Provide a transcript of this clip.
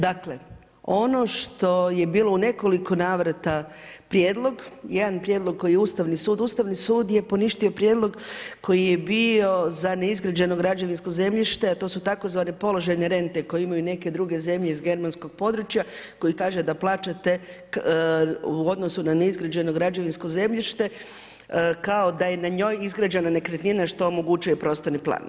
Dakle, ono što je bilo u nekoliko navrata prijedlog, jedan prijedlog koji je Ustavni sud, Ustavni sud je poništio prijedlog, koji je bio za neizgrađeno građevinsko zemljište, to su tzv. položajne rente, koje imaju neke druge zemlje iz germanskog područje, koji kaže da plaćate u odnosu na neizgrađeno građevinsko zemljište, kao da je na njoj izgrađena nekretnina, što omogućuje prostorni plan.